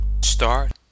Start